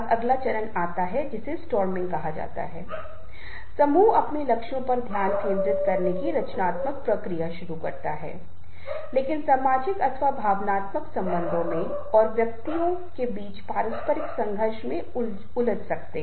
व्यक्तिगत संचार एक सहयोगी जलवायु एक मजबूत व्यक्तिगत प्रतिबद्धता अन्य टीम के सदस्यों के लिए उच्च संबंध और उत्कृष्टता के लिए एक एकीकृत प्रतिबद्धता का लेन देन करता है